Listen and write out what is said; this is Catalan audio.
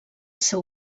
seu